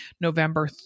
November